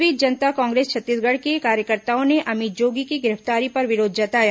इस बीच जनता कांग्रेस छत्तीसगढ़ के कार्यकर्ताओं ने अमित जोगी की गिरफ्तारी पर विरोध जताया